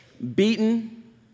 Beaten